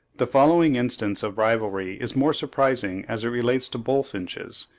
the following instance of rivalry is more surprising as it relates to bullfinches,